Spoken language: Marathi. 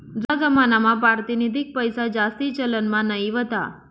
जूना जमानामा पारतिनिधिक पैसाजास्ती चलनमा नयी व्हता